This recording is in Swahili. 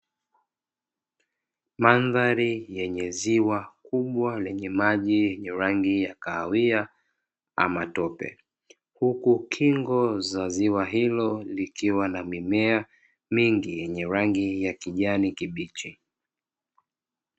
Mandhari yenye ziwa kubwa lenye maji yenye rangi ya kahawia ama tope, huku kingo za ziwa hilo likiwa na mimea mingi yenye rangi ya kijani kibichi.